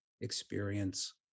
experience